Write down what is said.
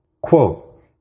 Quote